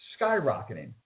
skyrocketing